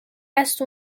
هست